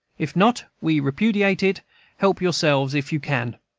if not, we repudiate it help yourselves, if you can.